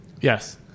Yes